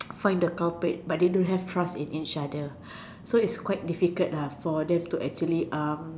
find the culprit but they don't have trust in each other so it's quite difficult lah for them to actually um